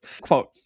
Quote